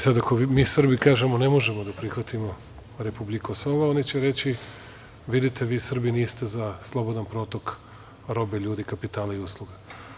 Sada, ako mi Srbi kažemo, ne možemo da prihvatimo republik Kosovo, oni će reći – vidite vi Srbi niste za slobodan protok robe, ljudi, kapitala i usluga.